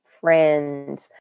friends